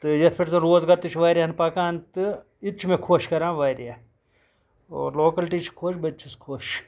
تہٕ یَتھ پٮ۪ٹھ زَن روزگار تہِ چھُ واریہن پَکان تہٕ اِتہِ چھُ مےٚ خۄش کَران واریاہ اور لوکَلٹی چھِ خۄش بہٕ تہِ چھُس خۄش